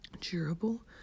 durable